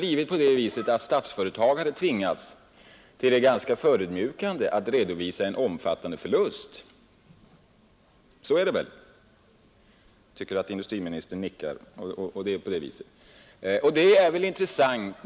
I stället hade då Statsföretag tvingats till det ganska förödmjukande att redovisa en omfattande förlust. Är det inte så? Det ser ut som om industriministern nickar, och det är alltså på det sättet.